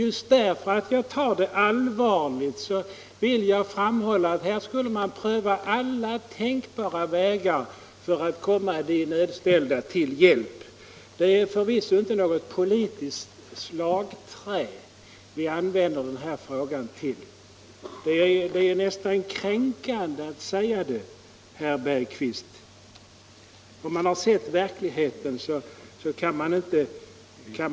Just därför att jag tar det allvarligt, vill jag framhålla att man borde ha prövat alla tänkbara vägar för att komma de nödställda till hjälp. Vi använder förvisso inte denna fråga såsom något politiskt slagträ. Det är nästan kränkande att påstå något sådant, herr Bergqvist. Har man sett verkligheten, gör man inte det.